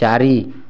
ଚାରି